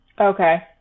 Okay